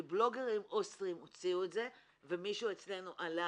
כי בלוגרים אוסטריים הוציאו את זה ומישהו אצלנו עלה